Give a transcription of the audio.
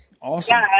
awesome